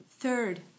Third